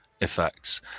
effects